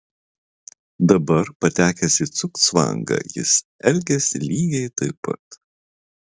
dabar patekęs į cugcvangą jis elgiasi lygiai taip pat